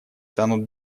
станут